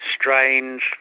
strange